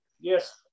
yes